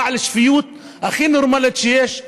בעל שפיות הכי נורמלית שיש,